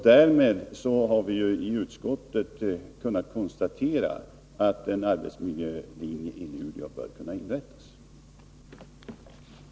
Därmed har vi i utskottet kunnat konstatera att en arbetsmiljölinje bör kunna inrättas i Luleå.